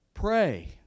Pray